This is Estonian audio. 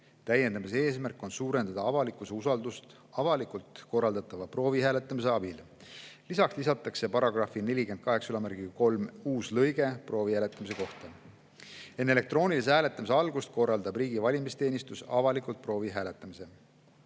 täiendamise eesmärk on suurendada avalikkuse usaldust avalikult korraldatava proovihääletamise abil. Paragrahvi 483lisatakse uus lõige proovihääletamise kohta. Enne elektroonilise hääletamise algust korraldab riigi valimisteenistus avalikult proovihääletamise.